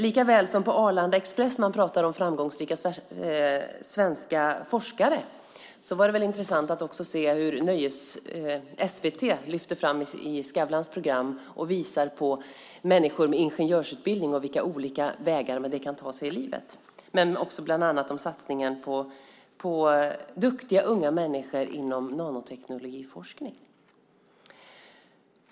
Likaväl som man på Arlanda Express pratar om framgångsrika svenska forskare var det intressant att se hur SVT i Skavlans program lyfte fram och visade människor med ingenjörsutbildning och vilka olika vägar man kan ta i livet. Det var bland annat satsningen på duktiga unga människor inom nanoteknologiforskning.